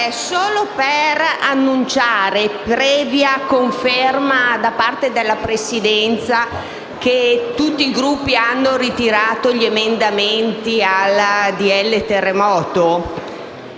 vorrei annunciare, previa conferma da parte della Presidenza che tutti i Gruppi hanno ritirato gli emendamenti al decreto-legge